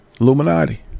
Illuminati